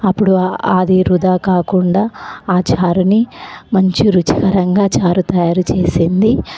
అప్పుడు అది వృధా కాకుండా ఆ చారుని మంచి రుచికరంగా చారు తయారు చేసింది